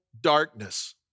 darkness